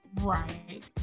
right